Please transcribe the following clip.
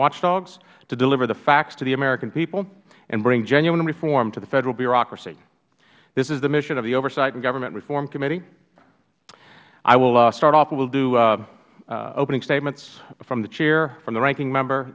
watchdogs to deliver the facts to the american people and bring genuine reform to the federal bureaucracy this is the mission of the oversight and government reform committee i will start off we will do opening statements from the chair from the ranking member